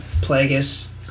Plagueis